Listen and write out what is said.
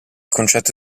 concetto